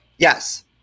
Yes